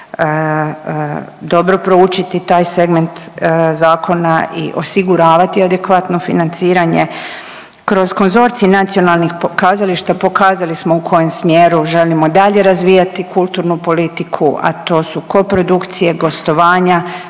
dobro proučiti taj segment zakona i osiguravati adekvatno financiranje, kroz konzorcij nacionalnih kazališta pokazali smo u kojem smjeru želimo dalje razvijati kulturnu politiku, a to su koprodukcije, gostovanja,